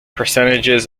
percentages